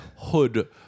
hood